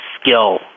skill